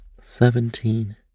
Seventeen